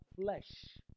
flesh